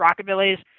rockabilly's